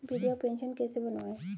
विधवा पेंशन कैसे बनवायें?